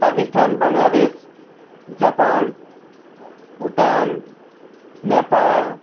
Pakistan Bangladesh Japan Bhutan Nepal